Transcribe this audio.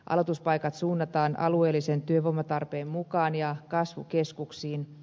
aloituspaikat suunnataan alueellisen työvoimatarpeen mukaan ja kasvukeskuksiin